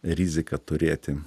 riziką turėti